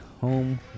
home